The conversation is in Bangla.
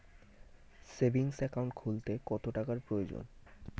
সেভিংস একাউন্ট খুলতে কত টাকার প্রয়োজন?